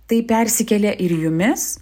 tai persikėlė ir jumis